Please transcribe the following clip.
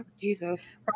Jesus